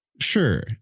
sure